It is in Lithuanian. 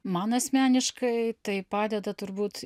man asmeniškai tai padeda turbūt